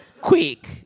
quick